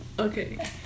Okay